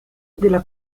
della